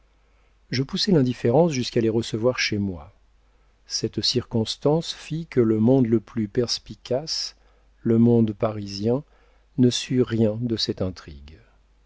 je poussai l'indifférence jusqu'à les recevoir chez moi cette circonstance fit que le monde le plus perspicace le monde parisien ne sut rien de cette intrigue